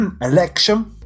Election